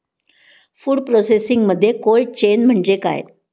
Food प्रोसेसिंगमध्ये cold chain म्हणजे काय?